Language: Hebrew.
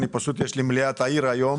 פשוט יש לי מליאת העיר היום.